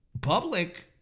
public